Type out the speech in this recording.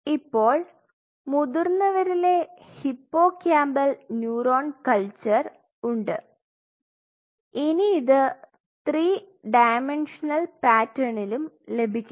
ഇപ്പോൾ മുതിർന്നവരിലെ hippocampal neuron culture ഉണ്ട് ഇനി ഇത് 3 ഡൈമൻഷണൽ പാറ്റേണിലും ലഭിക്കണം